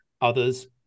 others